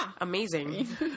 Amazing